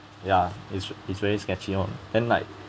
ya is is very sketchy one then like